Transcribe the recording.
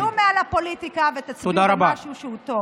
תתעלו מעל הפוליטיקה ותצביעו למשהו שהוא טוב.